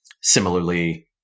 similarly